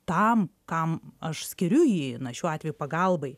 tam kam aš skiriu jį na šiuo atveju pagalbai